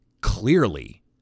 clearly